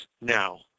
now